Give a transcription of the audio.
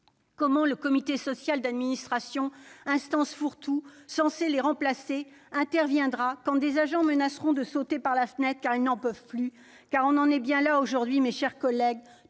Comment le comité social d'administration, instance fourre-tout censée les remplacer, interviendra-t-il quand des agents menaceront de sauter par la fenêtre parce qu'ils n'en peuvent plus ? On en est bien là aujourd'hui, mes chers collègues,